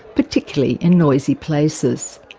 particularly in noisy places.